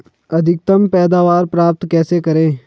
अधिकतम पैदावार प्राप्त कैसे करें?